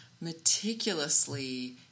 meticulously